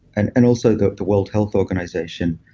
and and also the the world health organization,